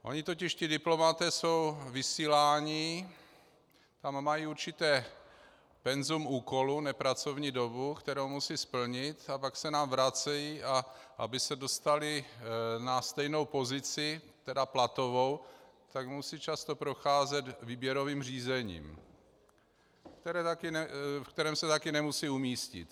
Oni totiž ti diplomaté jsou vysíláni, tam mají určité penzum úkolů, ne pracovní dobu, kterou musí splnit, a pak se nám vracejí, a aby se dostali na stejnou pozici platovou, tak musí často procházet výběrovým řízením, v kterém se taky nemusí umístit.